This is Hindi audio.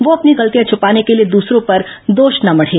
वह अपनी गलतियां छिपाने के लिए दूसरों पर दोष न मढ़ें